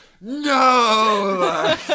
no